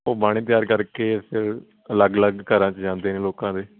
ਉਹ ਬਾਣੀ ਤਿਆਰ ਕਰਕੇ ਫੇਰ ਅਲੱਗ ਅਲੱਗ ਘਰਾਂ 'ਚ ਜਾਂਦੇ ਨੇ ਲੋਕਾਂ ਦੇ